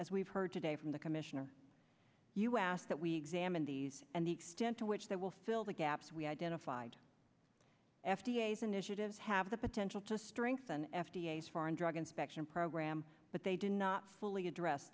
as we've heard today from the commissioner us that we examine these and the extent to which they will fill the gaps we identified f d a as initiatives have the potential to strengthen f d a s foreign drug inspection program but they did not fully address